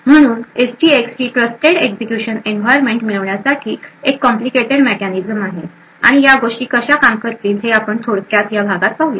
म्हणून एसजीएक्स ही trusted execution environment मिळवण्यासाठी एक कॉम्प्लिकेटेड मेकॅनिझम आहे आणि या गोष्टी कशा काम करतील हे आपण थोडक्यात या भागात पाहूयात